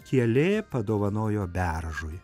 kielė padovanojo beržui